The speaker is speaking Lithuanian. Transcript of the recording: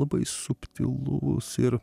labai subtilus ir